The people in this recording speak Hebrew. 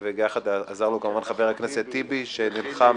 עזר לו גם חבר הכנסת טיבי שנלחם